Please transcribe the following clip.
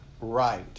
right